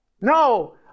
No